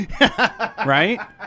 Right